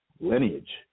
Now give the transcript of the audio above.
lineage